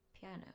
Piano